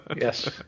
Yes